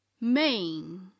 main